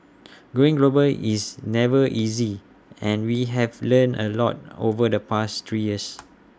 going global is never easy and we have learned A lot over the past three years